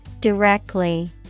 Directly